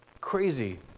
crazy